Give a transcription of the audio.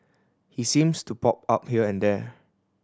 he seems to pop up here and there